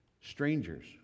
strangers